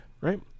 right